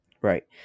Right